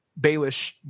Baelish